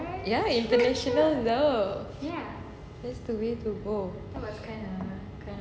ya international love that's the way to go